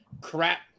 crap